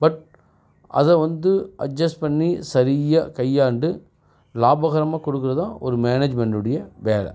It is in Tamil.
பட் அதை வந்து அட்ஜெஸ்ட் பண்ணி சரியாக கையாண்டு லாபகரமாக கொடுக்குறதும் ஒரு மேனேஜ்மெண்ட்டுடைய வேலை